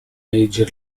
major